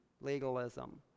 Legalism